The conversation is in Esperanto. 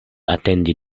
atendi